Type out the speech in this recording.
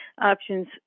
options